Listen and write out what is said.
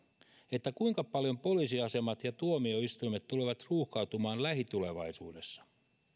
kuinka paljon poliisiasemat ja tuomioistuimet tulevat ruuhkautumaan lähitulevaisuudessa